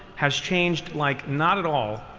has changed like not at all